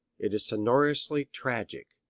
it is sonorously tragic,